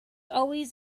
always